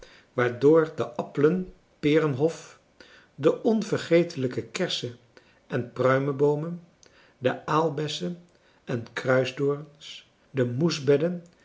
waardoor de appelen perenhof de onvergetelijke kerse en pruimeboomen de aalbessen en kruisdorens de moesbedden